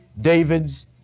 David's